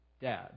dad